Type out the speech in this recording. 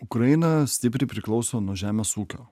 ukraina stipriai priklauso nuo žemės ūkio